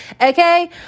Okay